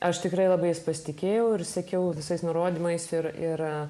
aš tikrai labai pasitikėjau ir sekiau visais nurodymais ir ir